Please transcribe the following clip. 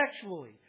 sexually